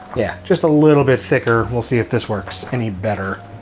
yeah just a little bit thicker, we'll see if this works any better.